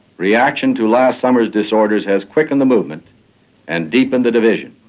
reaction to last summer's disorders has quickened the movement and deepened the division.